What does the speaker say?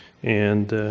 and,